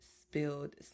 spilled